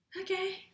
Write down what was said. Okay